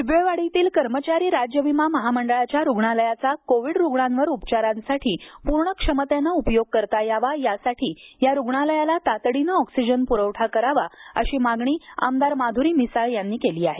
बिबवेवाडीतील कर्मचारी राज्य विमा महामंडळाच्या रुग्णालयाचा कोविड रुग्णांवर उपचारांसाठी पूर्ण क्षमतेने उपयोग करता यावा यासाठी या रूग्णालयाला तातडीने ऑक्सिजन प्रवठा करावा अशी मागणी आमदार माध्री मिसाळ यांनी केली आहे